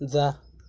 जा